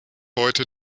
heute